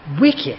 wicked